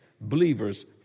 believers